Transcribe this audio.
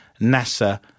NASA